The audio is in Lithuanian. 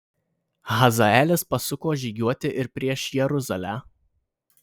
hazaelis pasuko žygiuoti ir prieš jeruzalę